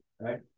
Right